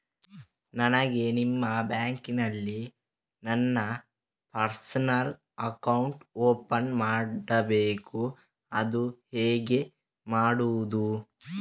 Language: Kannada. ನನಗೆ ನಿಮ್ಮ ಬ್ಯಾಂಕಿನಲ್ಲಿ ನನ್ನ ಪರ್ಸನಲ್ ಅಕೌಂಟ್ ಓಪನ್ ಮಾಡಬೇಕು ಅದು ಹೇಗೆ ಮಾಡುವುದು?